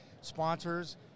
Sponsors